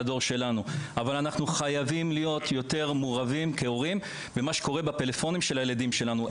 אבל אנחנו חייבים להיות מעורבים במה שקורה בפלאפונים של הילדים שלנו.